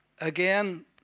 again